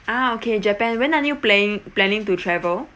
ah okay japan when are you planning planning to travel